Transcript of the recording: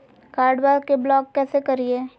कार्डबा के ब्लॉक कैसे करिए?